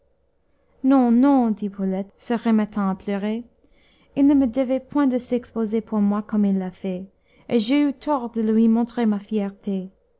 non dit brulette se remettant à pleurer il ne me devait point de s'exposer pour moi comme il l'a fait et j'ai eu tort de lui montrer ma fierté